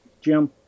Jim